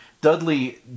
Dudley